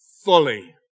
fully